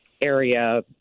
area